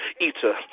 Eater